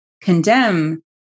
condemn